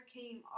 came